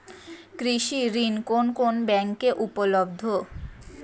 কৃষি ঋণ কোন কোন ব্যাংকে উপলব্ধ?